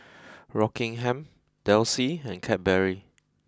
Rockingham Delsey and Cadbury